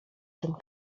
tym